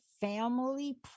family